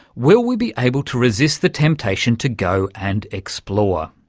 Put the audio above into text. will we be able to resist the temptation to go and explore?